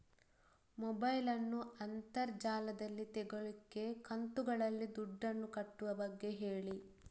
mobile ನ್ನು ಅಂತರ್ ಜಾಲದಲ್ಲಿ ತೆಗೋಲಿಕ್ಕೆ ಕಂತುಗಳಲ್ಲಿ ದುಡ್ಡನ್ನು ಕಟ್ಟುವ ಬಗ್ಗೆ ಹೇಳಿ